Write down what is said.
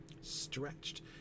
Stretched